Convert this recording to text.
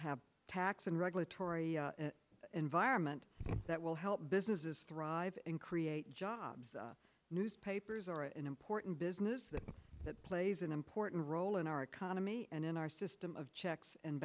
have tax and regulatory environment that will help businesses thrive and create jobs newspapers are an important business that plays an important role in our economy and in our system of checks and